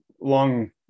long